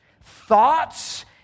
Thoughts